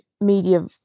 media